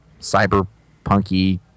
cyberpunky